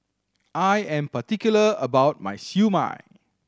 I am particular about my Siew Mai